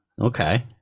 okay